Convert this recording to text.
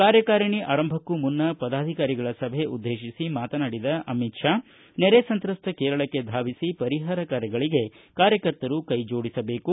ಕಾರ್ಯಕಾರಣಿ ಆರಂಭಕ್ಕೂ ಮುನ್ನ ಪದಾಧಿಕಾರಿಗಳ ಸಭೆ ಉದ್ವೇಶಿಸಿ ಮಾತನಾಡಿದ ಅಮಿತ್ ಷಾ ನೆರೆ ಸಂತ್ರಸ್ಥ ಕೇರಳಕ್ಕೆ ಧಾವಿಸಿ ಪರಿಹಾರ ಕಾರ್ಯಗಳಿಗೆ ಕಾರ್ಯಕರ್ತರು ಕೈ ಜೋಡಿಸಬೇಕು